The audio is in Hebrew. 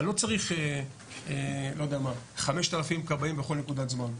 אני לא צריך 5,000 כבאים בכל נקודת זמן.